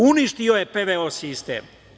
Uništio je PVO sistem.